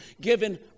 given